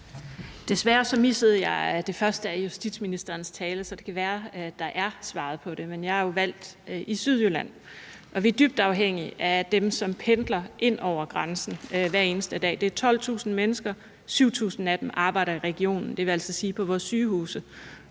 Desværre missede jeg det første af justitsministerens tale, så det kan være, at der er svaret på det. Men jeg er jo valgt i Sydjylland, og vi er dybt afhængige af dem, som pendler ind over grænsen hver eneste dag. Det er 12.000 mennesker. 7.000 af dem arbejder i regionen – det vil altså sige på vores sygehuse